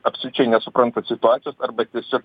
absoliučiai nesupranta situacijos arba tiesiog